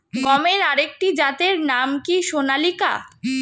গমের আরেকটি জাতের নাম কি সোনালিকা?